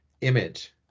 image